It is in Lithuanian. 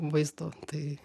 vaizdo tai